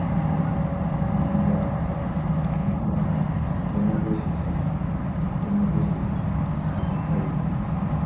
ꯑꯗꯨꯒ ꯑꯩꯈꯣꯏꯒꯤ ꯏꯟꯗꯤꯌꯥꯒ ꯏꯟꯗꯤꯌꯥꯗ ꯗꯦꯃꯣꯀ꯭ꯔꯦꯁꯤ ꯗꯦꯃꯣꯀ꯭ꯔꯦꯁꯤꯁꯤ ꯌꯥꯝꯅ ꯐꯩ ꯃꯁꯤꯅ